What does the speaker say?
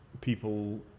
people